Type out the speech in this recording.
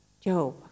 Job